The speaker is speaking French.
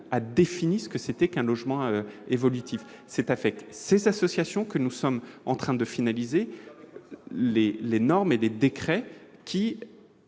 défini ce qu'est un logement évolutif. C'est avec ces associations que nous sommes en train de finaliser les normes et les décrets qui